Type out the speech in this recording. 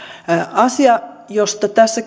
asia josta tässä